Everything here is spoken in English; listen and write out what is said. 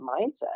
mindset